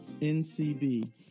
NCB